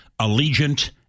Allegiant